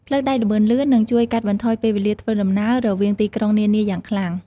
ផ្លូវដែកល្បឿនលឿននឹងជួយកាត់បន្ថយពេលវេលាធ្វើដំណើររវាងទីក្រុងនានាយ៉ាងខ្លាំង។